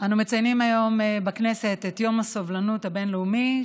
אנו מציינים היום בכנסת את יום הסובלנות הבין-לאומי,